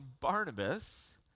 Barnabas